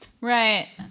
Right